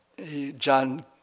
John